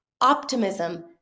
optimism